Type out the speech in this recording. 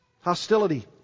Hostility